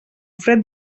fred